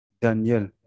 Daniel